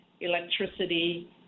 electricity